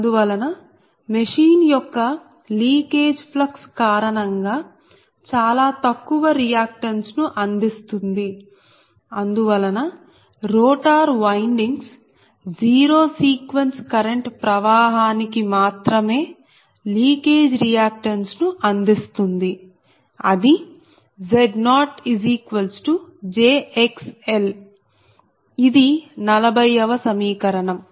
అందువలన మెషిన్ యొక్క leakage flux కారణంగా చాలా తక్కువ రియాక్టన్స్ ను అందిస్తుంది అందువలన rotor windings zero sequence current ప్రవాహానికి మాత్రమే లీకేజ్ రియాక్టన్స్ ను అందిస్తుంది అది Z0jXl ఇది 40 వ సమీకరణం